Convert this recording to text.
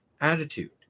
attitude